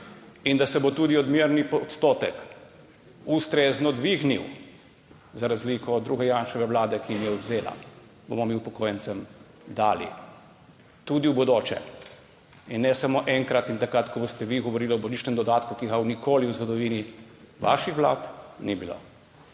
in da se bo tudi odmerni odstotek ustrezno dvignil, za razliko od druge Janševe vlade, ki jim je vzela, bomo mi upokojencem dali tudi v bodoče – ne samo enkrat in takrat, ko boste vi govorili o božičnem dodatku, ki ga nikoli v zgodovini vaših vlad ni bilo.